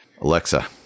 alexa